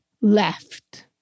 left